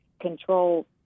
control